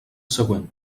següent